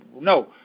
no